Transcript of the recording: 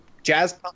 Jazz